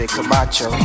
Camacho